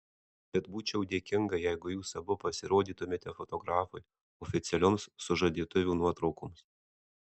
bet būčiau dėkinga jeigu jūs abu pasirodytumėte fotografui oficialioms sužadėtuvių nuotraukoms